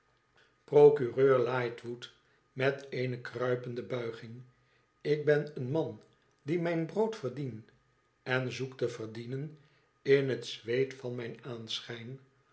procureur lightwood met eene kruipende buiging tik ben een man die mijn brood verdien en zoek te verdienen in het zweet van mijn aanschijn